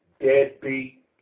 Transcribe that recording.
deadbeat